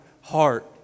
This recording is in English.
heart